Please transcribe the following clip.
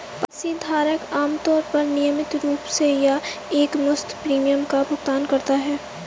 policy धारक आमतौर पर नियमित रूप से या एकमुश्त प्रीमियम का भुगतान करता है